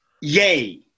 yay